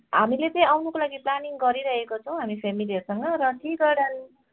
हामीले चाहिँ आउनुको लागि प्लानिङ गरिरहेका छौँ हामी फेमिलिहरूसँग र टी गार्डन